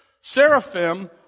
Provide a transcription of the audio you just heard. Seraphim